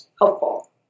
helpful